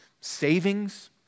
savings